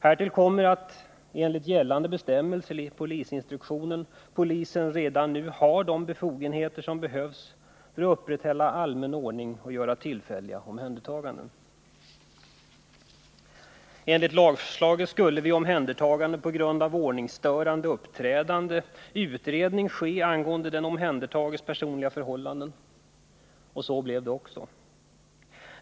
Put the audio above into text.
Härtill kommer att enligt gällande bestämmelser i polisinstruktionen polisen redan nu har de befogenheter, som behövs för att upprätthålla allmän ordning och göra tillfälliga omhändertaganden.” Enligt lagförslaget skulle vid omhändertagande på grund av ordningsstörande uppträdande utredning ske angående den omhändertagnes personliga förhållanden. Och så blev det också.